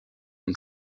and